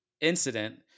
incident